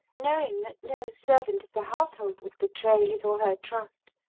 knowing that no servant of the household would betray his or her trust,